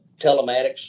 telematics